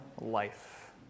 life